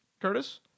Curtis